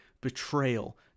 betrayal